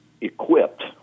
equipped